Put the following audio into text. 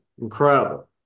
Incredible